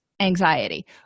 anxiety